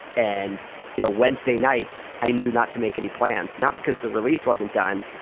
and you know wednesday nights, i knew not to make any plans. not because the release wasn't done,